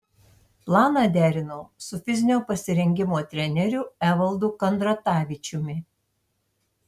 planą derinau su fizinio pasirengimo treneriu evaldu kandratavičiumi